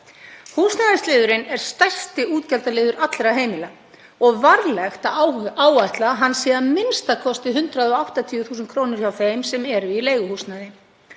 Húsnæðisliðurinn er stærsti útgjaldaliður allra heimila og varlegt að áætla að hann sé að minnsta kosti 180.000 kr. hjá þeim sem eru í leiguhúsnæði.